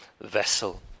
vessel